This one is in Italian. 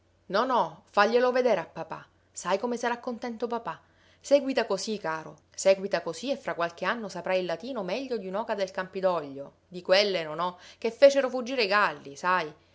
spiritava nonò faglielo vedere a papà sai come sarà contento papà seguita così caro seguita così e fra qualche anno saprai il latino meglio di un'oca del campidoglio di quelle nonò che fecero fuggire i galli sai